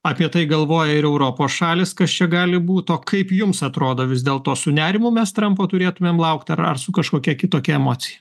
apie tai galvoja ir europos šalys kas čia gali būt kaip jums atrodo vis dėl to su nerimu mes trampo turėtumėm laukt ar ar su kažkokia kitokia emocija